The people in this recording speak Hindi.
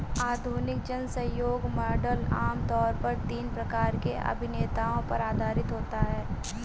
आधुनिक जनसहयोग मॉडल आम तौर पर तीन प्रकार के अभिनेताओं पर आधारित होता है